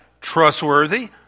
trustworthy